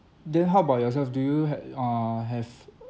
then how about yourself do you have err have uh